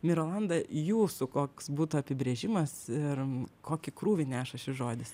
mirolanda jūsų koks būtų apibrėžimas ir kokį krūvį neša šis žodis